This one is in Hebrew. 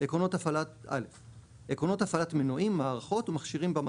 - עקרונות הפעלת מנועים, מערכות ומכשירים במטוס,